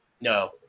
No